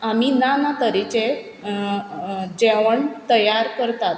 आमी नाना तरेचे जे जेवण तयार करतात